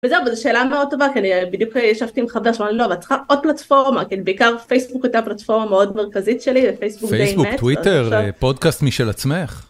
וזהו, וזה שאלה מאוד טובה כי אני בדיוק ישבתי עם חבר שאמר לי: ״לא, אבל צריכה עוד פלטפורמה״ כי בעיקר פייסבוק הייתה פלטפורמה מאוד מרכזית שלי, ופייסבוק די מת.. -פייסבוק, טוויטר, פודקאסט משל עצמך.